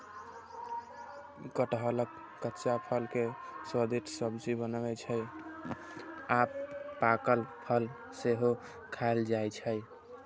कटहलक कच्चा फल के स्वादिष्ट सब्जी बनै छै आ पाकल फल सेहो खायल जाइ छै